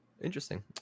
Interesting